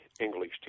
English